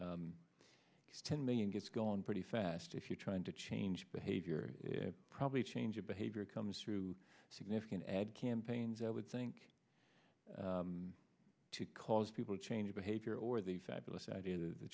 result ten million gets gone pretty fast if you're trying to change behavior probably change of behavior comes through significant ad campaigns i would think to cause people change behavior or the fabulous idea th